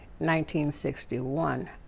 1961